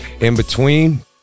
in-between